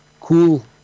cool